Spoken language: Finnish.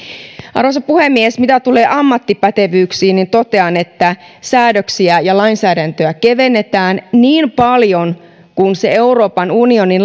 arvoisa puhemies mitä tulee ammattipätevyyksiin niin totean että säädöksiä ja lainsäädäntöä kevennetään niin paljon kuin se euroopan unionin